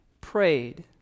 prayed